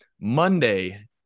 Monday